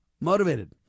motivated